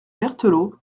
berthelot